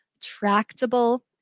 tractable